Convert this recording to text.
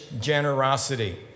generosity